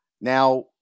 Now